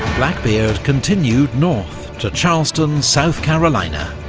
blackbeard continued north to charleston, south carolina.